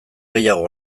gehiago